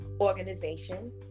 organization